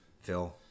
Phil